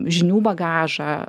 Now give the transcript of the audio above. žinių bagažą